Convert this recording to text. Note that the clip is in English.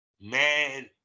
man